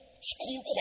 school